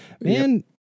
Man